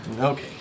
Okay